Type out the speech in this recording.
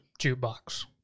jukebox